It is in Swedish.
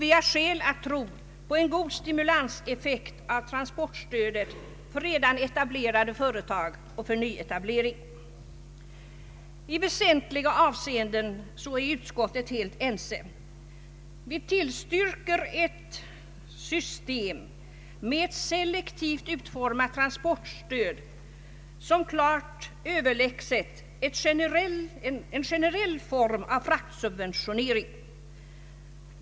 Vi har skäl att tro på en god stimulanseffekt av transportstödet för redan etablerade företag och för nyplaneringar. I väsentliga avseenden är utskottet helt ense. Vi tillstyrker ett system med selektivt utformat transportstöd som klart överlägset en generell form av fraktsubventionering.